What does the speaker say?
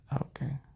Okay